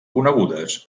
conegudes